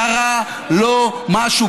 קרה לו משהו,